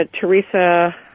Teresa